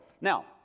Now